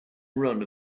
run